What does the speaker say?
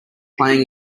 playing